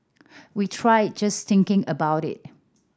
we tried just thinking about it